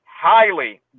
highly